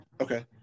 okay